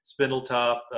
Spindletop